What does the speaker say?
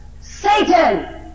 Satan